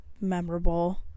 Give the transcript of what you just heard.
memorable